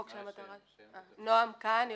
אני נעם כהאן,